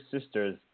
sister's